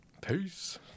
Peace